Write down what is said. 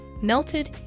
melted